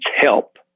help